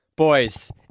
Boys